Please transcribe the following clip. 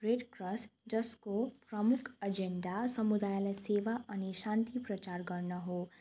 red cross जसको प्रुमख agenda समुदायलाई सेवा अनि शान्ति प्रचार गर्न हो